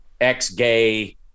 ex-gay